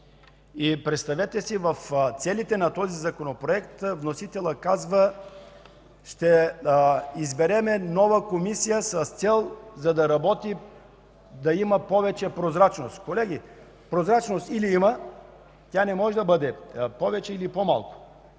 Представете си, в целите на този законопроект вносителят казва: „Ще изберем нова комисия с цел да работи, да има повече прозрачност”. Колеги, прозрачност или има – тя не може да бъде повече или по-малко,